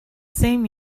same